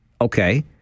Okay